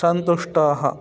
सन्तुष्टाः